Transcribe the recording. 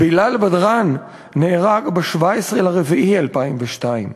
בילאל בדראן נהרג ב-17 באפריל 2002,